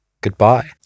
Goodbye